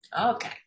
Okay